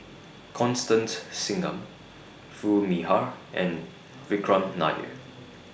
Constance Singam Foo Mee Har and Vikram Nair